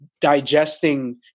digesting